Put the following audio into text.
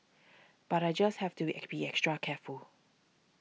but I just have to be be extra careful